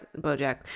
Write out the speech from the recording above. Bojack